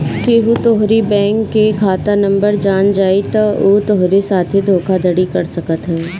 केहू तोहरी बैंक के खाता नंबर जान जाई तअ उ तोहरी साथे धोखाधड़ी कर सकत हवे